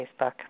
Facebook